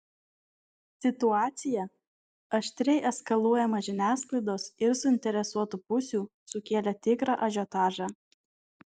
situacija aštriai eskaluojama žiniasklaidos ir suinteresuotų pusių sukėlė tikrą ažiotažą